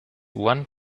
one